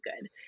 good